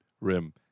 rim